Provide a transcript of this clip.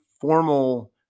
formal